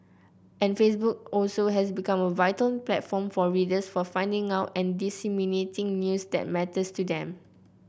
and Facebook also has become a vital platform for readers for finding out and disseminating news that matters to them